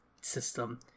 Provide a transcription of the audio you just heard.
system